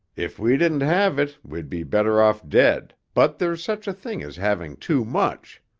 if we didn't have it we'd be better off dead but there's such a thing as having too much.